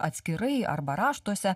atskirai arba raštuose